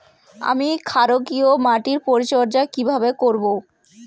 আমি ক্ষারকীয় মাটির পরিচর্যা কিভাবে করব?